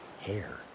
hair